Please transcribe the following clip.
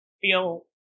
feel